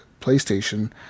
PlayStation